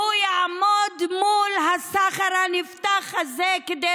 שהוא יעמוד מול הסכר הנפתח הזה כדי